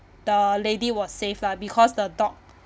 the lady was safe lah because the dog